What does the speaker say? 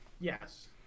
yes